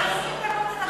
איך זה קשור?